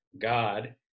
God